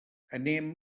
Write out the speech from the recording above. anem